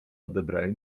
odebrali